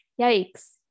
yikes